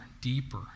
deeper